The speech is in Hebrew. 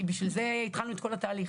כי בשביל זה התחלנו את כל התהליך.